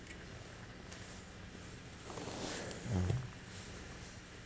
mm